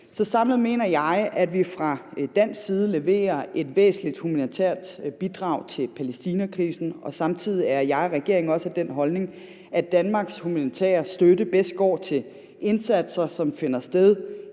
vi samlet set fra dansk side leverer et væsentligt humanitært bidrag i forbindelse med Palæstinakrisen, og samtidig er jeg og regeringen også af den holdning, at Danmarks humanitære støtte bedst går til indsatser, som finder sted